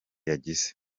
yagize